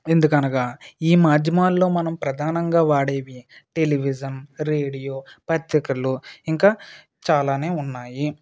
ఎందుకనగా ఈ మాధ్యమాలలో మనం ప్రధానంగా వాడే టెలివిజన్ రేడియో పత్రికలు ఇంకా చాలా ఉన్నాయి